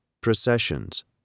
processions